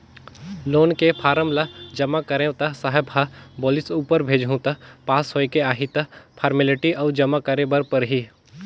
loan के form ल जमा करेंव त साहब ह बोलिस ऊपर भेजहूँ त पास होयके आही त फारमेलटी अउ जमा करे बर परही